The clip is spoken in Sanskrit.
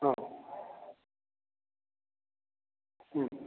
आम्